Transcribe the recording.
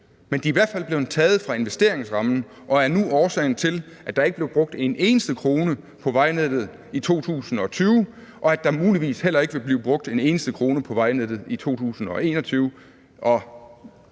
på? De er i hvert fald blevet taget fra investeringsrammen og er nu årsagen til, at der ikke bliver brugt en eneste krone på vejnettet i 2020, og at der muligvis heller ikke vil blive brugt en eneste krone på vejnettet i 2021,